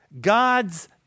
God's